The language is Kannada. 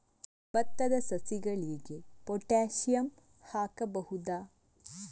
ಭತ್ತದ ಸಸಿಗಳಿಗೆ ಪೊಟ್ಯಾಸಿಯಂ ಹಾಕಬಹುದಾ?